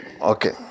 Okay